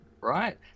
right